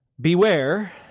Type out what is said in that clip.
Beware